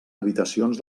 habitacions